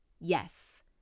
Yes